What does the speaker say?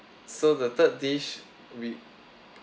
so the third dish will